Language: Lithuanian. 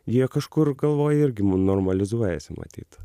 jie kažkur galvoj irgi normalizuojasi matyt